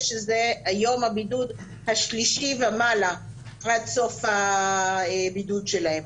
שזה יום הבידוד השלישי ומעלה עד סוף הבידוד שלהם.